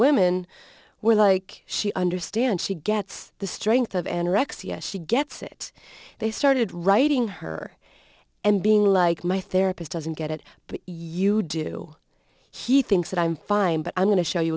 women we're like she understands she gets the strength of anorexia she gets it they started writing her and being like my therapist doesn't get it but you do he thinks that i'm fine but i'm going to show you